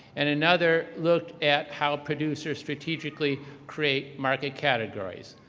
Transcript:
and another looked at how producers strategically create market categories.